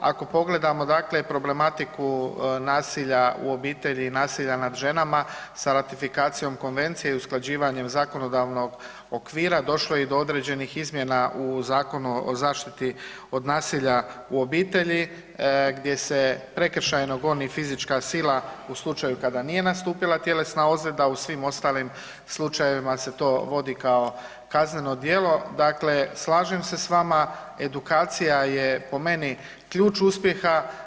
Ako pogledamo problematiku nasilja u obitelji i nasilja nad ženama sa ratifikacijom konvencije i usklađivanjem zakonodavnog okvira došlo je i do određenih izmjena u Zakonu o zaštiti od nasilja u obitelji gdje se prekršajno goni fizička sila u slučaju kada nije nastupila tjelesna ozljeda, a u svim ostalim slučajevima se to vodi kao kazneno djelo dakle slažem se s vama, edukacija je po meni ključ uspjeha.